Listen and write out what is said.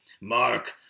Mark